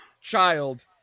child